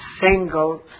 single